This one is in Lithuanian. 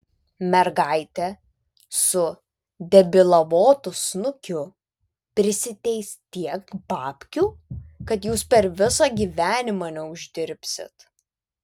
mergaitė su debilavotu snukiu prisiteis tiek babkių kad jūs per visą gyvenimą neuždirbsit